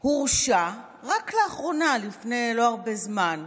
שהורשע רק לאחרונה, לפני לא הרבה זמן,